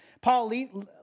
Paul